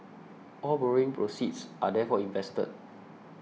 all borrowing proceeds are therefore invested